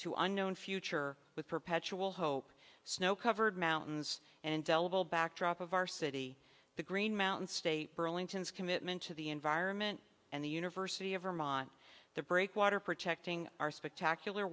to unknown future with perpetual hope snow covered mountains and delve a backdrop of our city the green mountain state burlington's commitment to the environment and the university of vermont the breakwater protecting our spectacular